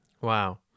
Wow